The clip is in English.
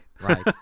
Right